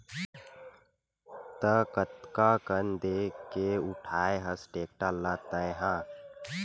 त कतका कन देके उठाय हस टेक्टर ल तैय हा?